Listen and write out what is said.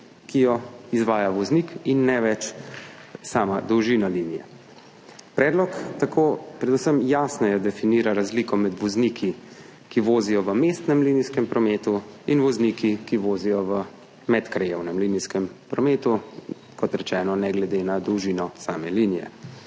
ki jo izvaja voznik, in ne več sama dolžina linije. Predlog tako predvsem jasneje definira razliko med vozniki, ki vozijo v mestnem linijskem prometu, in vozniki, ki vozijo v medkrajevnem linijskem prometu, kot rečeno, ne glede na dolžino same linije.